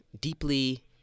deeply